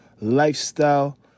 lifestyle